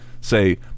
say